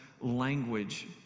language